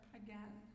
again